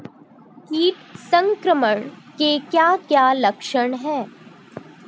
कीट संक्रमण के क्या क्या लक्षण हैं?